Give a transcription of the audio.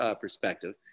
perspective